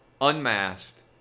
unmasked